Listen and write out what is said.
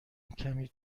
کمی